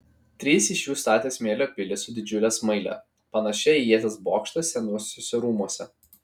trys iš jų statė smėlio pilį su didžiule smaile panašią į ieties bokštą senuosiuose rūmuose